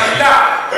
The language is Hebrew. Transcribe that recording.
עלילה.